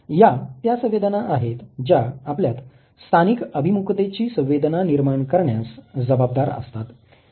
या त्या संवेदना आहेत ज्या आपल्यात स्थानिक अभिमुखतेची संवेदना निर्माण करण्यास जबाबदार असतात